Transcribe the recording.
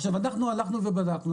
עכשיו אנחנו הלכנו ובדקנו,